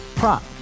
Prop